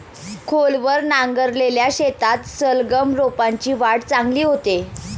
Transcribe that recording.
खोलवर नांगरलेल्या शेतात सलगम रोपांची वाढ चांगली होते